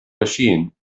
machine